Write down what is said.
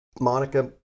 Monica